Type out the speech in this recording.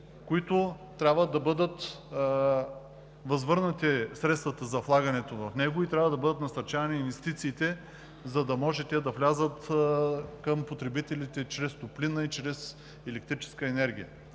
Трябва да бъдат възвърнати средствата за влагането в него. Трябва да бъдат насърчавани инвестициите, за да може те да влязат към потребителите чрез топлинна и чрез електрическа енергия.